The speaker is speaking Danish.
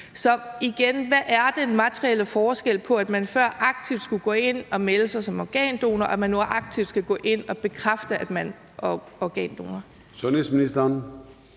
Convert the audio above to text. spørge: Hvad er den materielle forskel på, at man før aktivt skulle gå ind og melde sig som organdonor, og at man nu aktivt skal gå ind og bekræfte, at man er organdonor? Kl.